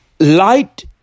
Light